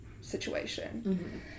situation